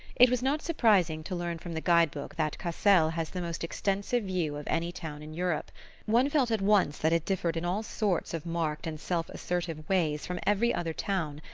it was not surprising to learn from the guide-book that cassel has the most extensive view of any town in europe one felt at once that it differed in all sorts of marked and self-assertive ways from every other town,